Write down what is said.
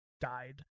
died